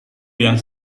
yang